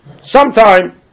Sometime